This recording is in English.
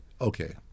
okay